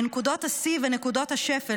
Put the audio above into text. בנקודות השיא ובנקודות השפל,